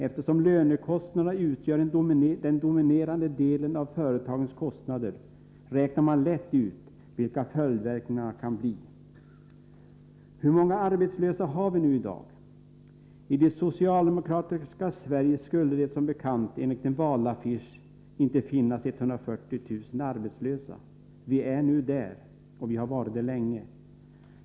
Eftersom lönekostnaderna utgör den dominerande delen av företagens kostnader räknar man lätt ut vilka följdverkningarna kan bli. Hur många arbetslösa har vi nu i dag? I det socialdemokratiska Sverige skulle det som bekant, enligt en valaffisch, inte finnas 140 000 arbetslösa. Vi är nu där — och har varit det länge.